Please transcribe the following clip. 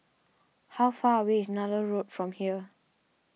how far away is Nallur Road from here